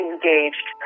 engaged